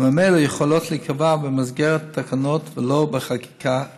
וממילא יכולות להיקבע במסגרת תקנות ולא בחקיקה ראשית.